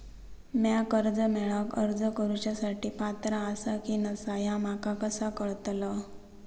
म्या कर्जा मेळाक अर्ज करुच्या साठी पात्र आसा की नसा ह्या माका कसा कळतल?